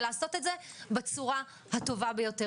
ולעשות את זה בצורה הטובה ביותר.